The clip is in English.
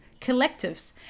collectives